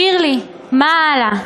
שירלי, מה הלאה?